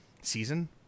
season